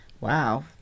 Wow